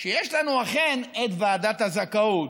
יש לנו אכן את ועדת הזכאות.